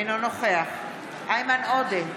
אינו נוכח איימן עודה,